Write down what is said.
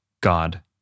God